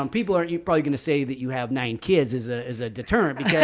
um people aren't you probably going to say that you have nine kids is ah is ah determined, yeah